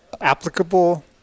applicable